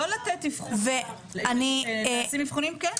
אני גם